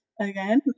again